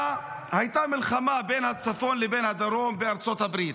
הייתה מלחמה בין הצפון לבין הדרום בארצות הברית.